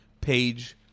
Page